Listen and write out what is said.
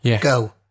go